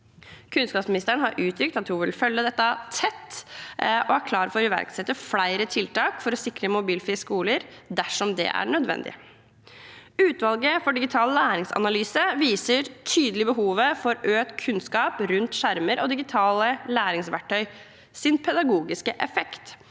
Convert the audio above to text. Kunnskapsministeren har uttrykt at hun vil følge dette tett, og er klar for å iverksette flere tiltak for å sikre mobilfrie skoler dersom det er nødvendig. Utvalget for digital læringsanalyse viser tydelig behovet for økt kunnskap rundt skjermer og den pedagogiske effekten